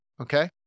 okay